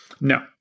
No